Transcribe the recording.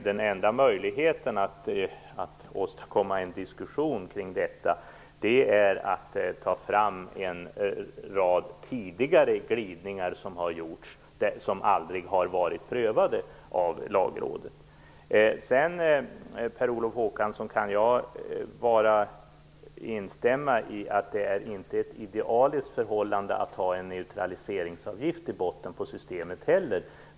Den enda möjligheten att åstadkomma en diskussion kring detta är att lyfta fram en rad tidigare glidningar som aldrig har varit prövade av Jag kan bara instämma i, Per Olof Håkansson, att det inte är ett idealiskt förhållande att ha en neutraliseringsavgift i botten på systemet.